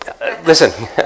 Listen